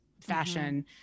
fashion